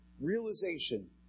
realization